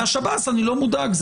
מהשב"ס אני לא מודאג.